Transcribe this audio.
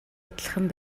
адилхан